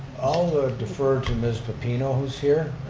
i'll ah defer to miss pepino, who's here,